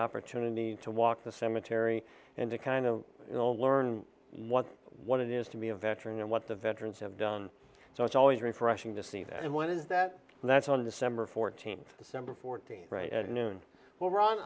opportunity to walk the cemetery and to kind of you know learn what what it is to be a veteran and what the veterans have done so it's always refreshing to see that one is that that's on december fourteenth december fourteenth at noon well ron